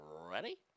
ready